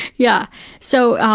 yeah so,